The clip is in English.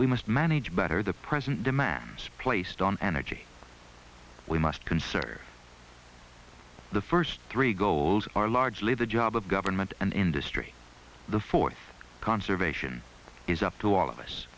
we must manage better the present demands placed on energy we must conserve the first three goals are largely the job of government and industry the fourth conservation is up to all of us